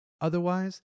Otherwise